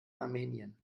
armenien